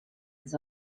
has